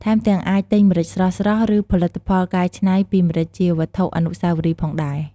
ថែមទាំងអាចទិញម្រេចស្រស់ៗ ឬផលិតផលកែច្នៃពីម្រេចជាវត្ថុអនុស្សាវរីយ៍ផងដែរ។